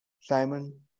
Simon